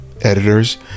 editors